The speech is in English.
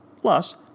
plus